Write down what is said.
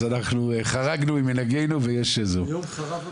אז אנחנו חרגנו ממנהגנו ויש זום.